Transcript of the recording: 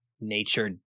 nature